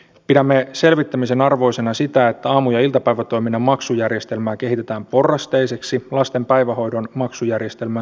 pidämme selvittämisen arvoisena sitä että aamu ja iltapäivätoiminnan maksujärjestelmää kehitetään porrasteiseksi lasten päivähoidon maksujärjestelmän suuntaan